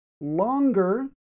longer